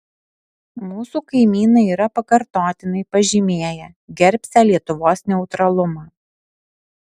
mūsų kaimynai yra pakartotinai pažymėję gerbsią lietuvos neutralumą